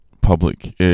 public